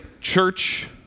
church